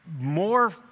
more